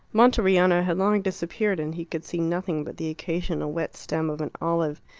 monteriano had long disappeared, and he could see nothing but the occasional wet stem of an olive,